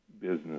business